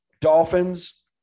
dolphins